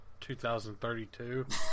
2032